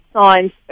signs